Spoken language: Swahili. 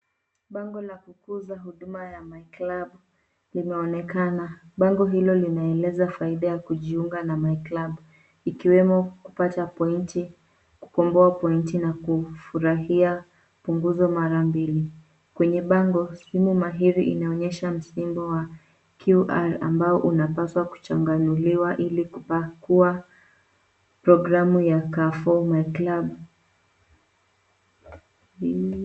Bango la kukuza huduma la MyClub limeonekana. Bango hilo linaeleza faida ya kujiunga na MyClub . Ikiwemo kupata pointi kukomboa pointi na kufurahia punguzo marambili. Kwenye bango simu mahiri inaonyesha msimbo wa QR ambao unapaswa kuchanganuliwa ili kupakuwa programu ya Car4MyClub .